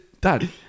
dad